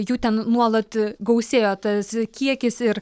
jų ten nuolat gausėjo tas kiekis ir